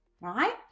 right